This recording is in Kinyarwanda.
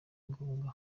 ngombwa